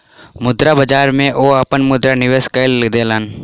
मुद्रा बाजार में ओ अपन मुद्रा निवेश कय देलैन